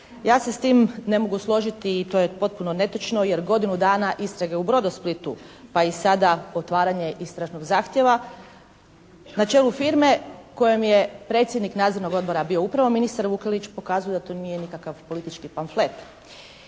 Ja se s tim ne mogu složiti i to je potpuno netočno jer godinu dana istrage u Brodosplitu pa i sada otvaranje istražnog zahtjeva na čelu firme kojem je predsjednik nadzornog odbora bio upravo ministar Vukelić pokazuje da to nije nikakav politički pamflet.